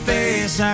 face